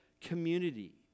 community